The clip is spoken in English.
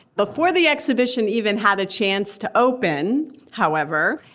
before the exhibition even had a chance to open. however,